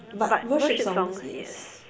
but worship songs yes